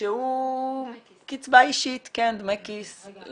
שהוא קצבה אישית, דמי כיס.